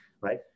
right